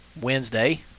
Wednesday